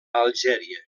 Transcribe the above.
algèria